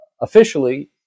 Officially